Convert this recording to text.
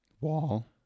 wall